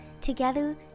Together